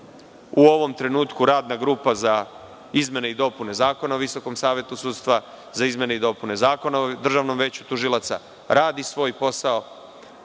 u ovom trenutku radna grupa za izmene i dopunama Zakona o Visokom savetu sudstva, za izmene i dopune Zakona o Državnom veću tužilaca, radi svoj posao.